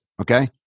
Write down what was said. Okay